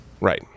right